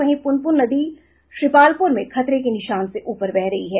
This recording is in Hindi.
वहीं पुनपुन नदी श्रीपालपुर में खतरे के निशान से ऊपर बह रही है